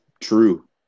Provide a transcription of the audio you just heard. true